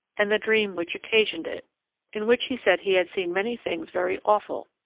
and the dream which occasioned it in which he said he had seen many things very awful,